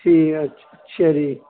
ٹھیک ہے اچھا جی